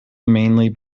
mainly